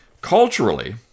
Culturally